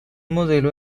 modelo